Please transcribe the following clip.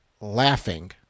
laughing